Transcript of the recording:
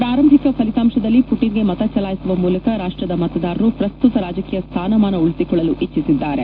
ಪ್ರಾರಂಭಿಕ ಫಲಿತಾಂಶದಲ್ಲಿ ಪುಟಿನ್ಗೆ ಮತ ಚಲಾಯಿಸುವ ಮೂಲಕ ರಾಷ್ಟದ ಮತದಾರರು ಪ್ರಸ್ತುತ ರಾಜಕೀಯ ಸ್ಥಾನಮಾನವನ್ನು ಉಳಿಸಿಕೊಳ್ಳಲು ಇಚ್ಠಿಸಿದ್ದಾರೆ